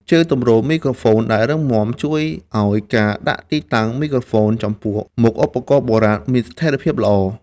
ជើងទម្រមីក្រូហ្វូន ដែលរឹងមាំ ជួយឱ្យការដាក់ទីតាំងមីក្រូហ្វូនចំពោះមុខឧបករណ៍បុរាណមានស្ថេរភាពល្អ។